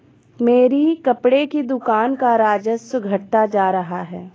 मेरी कपड़े की दुकान का राजस्व घटता जा रहा है